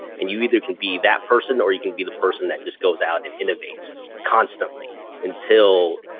and you either can be that person or you can be the person that just goes out and innovates constantly until